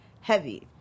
heavy